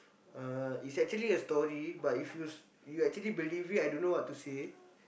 uh it's actually a story but if you you actually believe it I don't know what to say